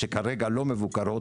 שכרגע לא מבוקרות.